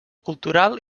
cultural